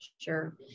Sure